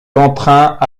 contraint